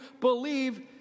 believe